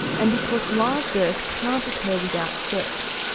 and because live birth can't occur without sex,